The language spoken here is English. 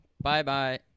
Bye-bye